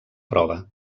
prova